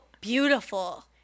beautiful